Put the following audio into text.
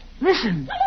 Listen